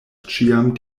ĉiam